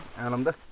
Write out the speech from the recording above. and on the